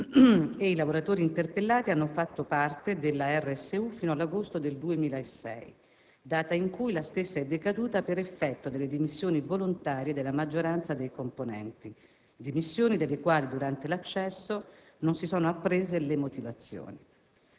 I lavoratori interpellati hanno fatto parte della RSU fino all'agosto 2006, data in cui la stessa è decaduta per effetto delle dimissioni volontarie della maggioranza dei componenti, dimissioni delle quali durante l'accesso non si sono apprese le motivazioni.